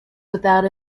without